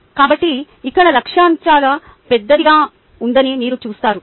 కాబట్టి ఇక్కడ లక్ష్యం చాలా పెద్దదిగా ఉందని మీరు చూస్తారు